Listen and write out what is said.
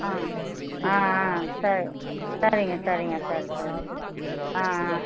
ஆ ஆ ஆ சரி சரிங்க சரிங்க சரி சரி ஆ ஆ